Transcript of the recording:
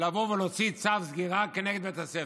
להוציא צו סגירה כנגד בית הספר.